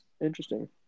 Interesting